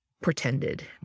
pretended